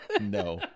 No